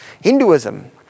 hinduism